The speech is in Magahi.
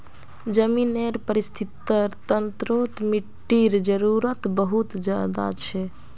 ज़मीनेर परिस्थ्तिर तंत्रोत मिटटीर जरूरत बहुत ज़्यादा छे